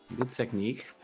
good technique